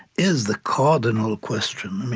is the cardinal question.